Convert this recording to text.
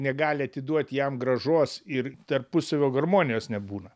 negali atiduoti jam grąžos ir tarpusavio harmonijos nebūna